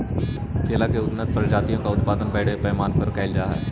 केला की उन्नत प्रजातियों का उत्पादन बड़े पैमाने पर करल जा हई